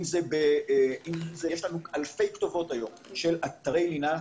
יש לנו אלפי כתובות היום של אתרי לינה,